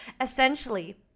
essentially